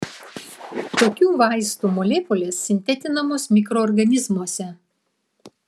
tokių vaistų molekulės sintetinamos mikroorganizmuose